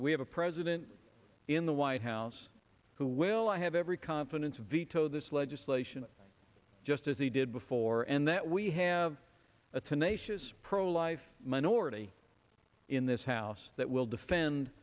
we have a president in the white house who will i have every confidence veto this legislation just as he did before and that we have a tenacious pro life minority in this house that will defend